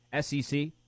SEC